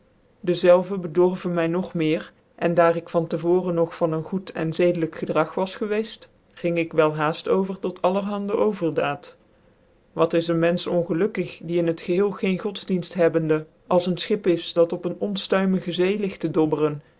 dezelve bedorven my nog meer en daar ik van te voren nog van ccn goed cn zedelijk gedrag wasgewceft ging ik wel haaft over tot allerhande oyerdoat wat is een neger fffs ccn menfch ongelukkig die in liet geheel geen godsdienft hebbende als een schip is dat op ccn ongeftuime zee legt tc dobberen